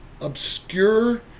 obscure